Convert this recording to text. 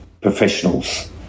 professionals